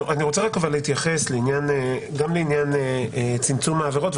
אני רוצה רק להתייחס גם לעניין צמצום העבירות.